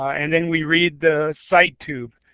and then we read the site tube.